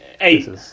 Eight